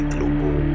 Global